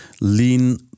lean